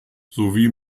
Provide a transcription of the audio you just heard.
sowie